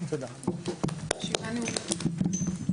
הישיבה ננעלה